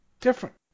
different